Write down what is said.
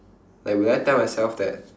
like will I tell myself that